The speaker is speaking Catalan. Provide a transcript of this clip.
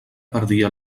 perdia